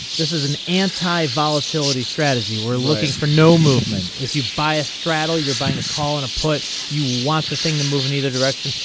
this is an anti volatility strategy we're looking for no movement if you buy a straddle you're buying a call and a put you want the thing to move in either direction.